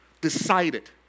decided